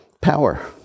power